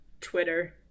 Twitter